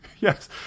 yes